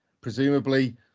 presumably